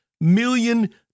million